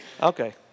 Okay